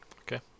Okay